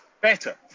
better